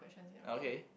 okay